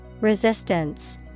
Resistance